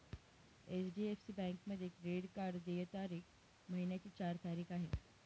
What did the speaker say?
HDFC बँकेमध्ये credit card देय तारीख महिन्याची चार तारीख आहे